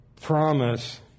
promise